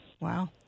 Wow